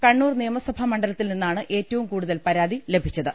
കണ്ണൂർ നിയമസഭാ മണ്ഡല ത്തിൽ നിന്നാണ് ഏറ്റവും കൂടുതൽ പരാതി ലഭിച്ചത്